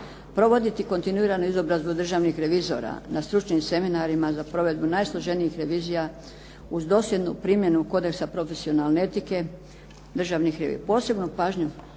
Provoditi kontinuiranu izobrazbu državnih revizora, na stručnim seminarima za provedbu najsloženijih revizija uz dosljednu primjenu kodeksa profesionalne etike državnih.